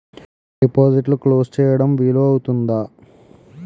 డిపాజిట్లు క్లోజ్ చేయడం వీలు అవుతుందా?